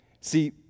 See